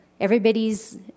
Everybody's